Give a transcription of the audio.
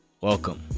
welcome